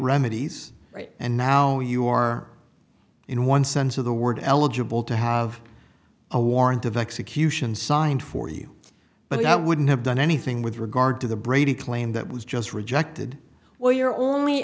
remedies and now you are in one sense of the word eligible to have a warrant of execution signed for you but that wouldn't have done anything with regard to the brady claim that was just rejected or you're only